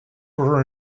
were